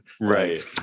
Right